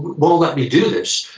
won't let me do this?